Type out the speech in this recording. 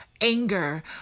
anger